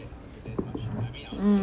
mm